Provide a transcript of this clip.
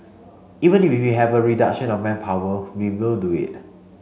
even we have a reduction of manpower we will do it